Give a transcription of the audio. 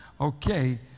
Okay